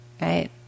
right